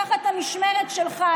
תחת המשמרת שלך,